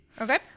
Okay